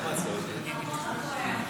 חרבות ברזל),